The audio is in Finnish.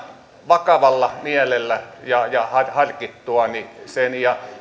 vakavalla mielellä ja ja harkittuani sen